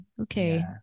okay